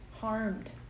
harmed